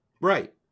Right